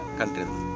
Country